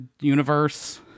universe